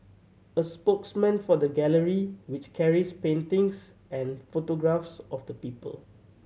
a spokesman for the gallery which carries paintings and photographs of the people